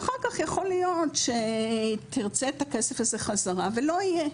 ואחר כך יכול להיות שהיא תרצה את הכסף הזה בחזרה ולא יהיה.